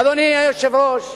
אדוני היושב-ראש,